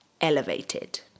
Elevated